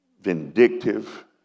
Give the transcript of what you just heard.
vindictive